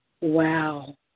Wow